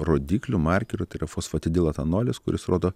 rodikliu markeriu tai yra fosfatidiletanolis kuris rodo